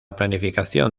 planificación